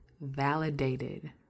validated